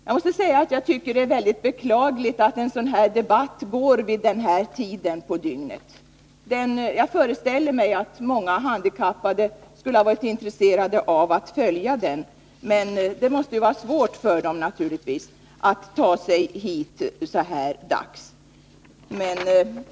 Jag måste säga att jag tycker det är väldigt beklagligt att en sådan här debatt förs vid den här tiden på dygnet. Jag föreställer mig att många handikappade skulle ha varit intresserade av att följa debatten, men det måste naturligtvis vara svårt för dem att ta sig hit så här dags.